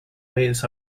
waves